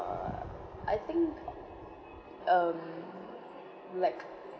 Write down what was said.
I think um like